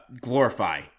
glorify